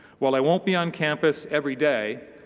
while i won't be on campus every day,